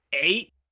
Eight